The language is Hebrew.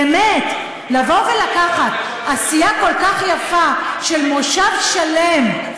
באמת, לבוא ולקחת עשייה כל כך יפה של מושב שלם,